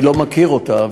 אני לא מכיר אותה,